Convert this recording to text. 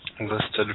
Listed